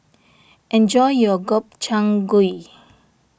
enjoy your Gobchang Gui